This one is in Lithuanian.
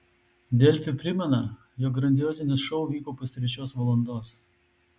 delfi primena jog grandiozinis šou vyko pustrečios valandos